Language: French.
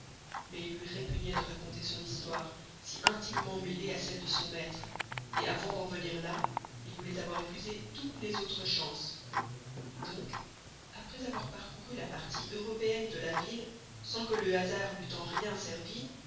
mais il lui répugnait de raconter son histoire si intimement mêlée à celle de son maître et avant d'en venir là il voulait avoir épuisé toutes les autres chances donc après avoir parcouru la partie européenne de la ville sans que le hasard l'eût en rien servi